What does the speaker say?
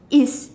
is